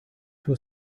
too